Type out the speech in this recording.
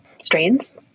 strains